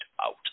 out